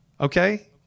okay